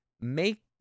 make